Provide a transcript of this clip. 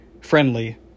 friendly